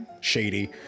shady